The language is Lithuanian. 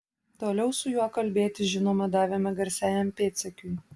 toliau su juo kalbėti žinoma davėme garsiajam pėdsekiui